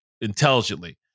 intelligently